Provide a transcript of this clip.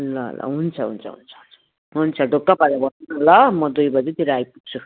ल ल हुन्छ हुन्छ हुन्छ हुन्छ ढुक्क परेर बस्नु नि ल म दुई बजीतिर आइपुग्छु